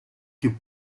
più